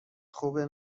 خوبه